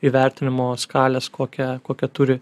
įvertinimo skalės kokią kokią turi